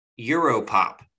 Europop